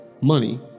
money